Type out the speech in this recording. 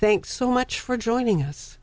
thanks so much for joining us